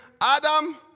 Adam